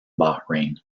bahrain